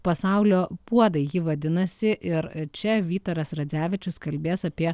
pasaulio puodai jį vadinasi ir čia vytaras radzevičius kalbės apie